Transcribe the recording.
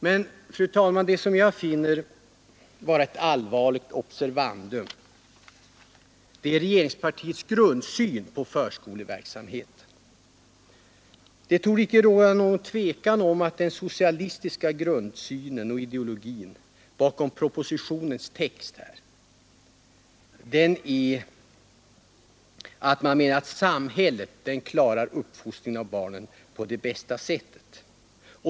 Men, fru talman, det som jag finner vara ett allvarligt observandum är regeringspartiets grundsyn på förskoleverksamheten. Det torde icke råda något tvivel om att den socialistiska grundsynen och ideologin bakom propositionens text är att samhället klarar uppfostran av barnen på det bästa sättet.